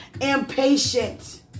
impatient